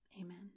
Amen